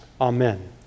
Amen